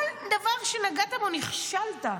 כל דבר שנגעת בו, נכשלת.